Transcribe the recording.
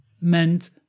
meant